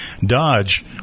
dodge